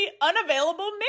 unavailable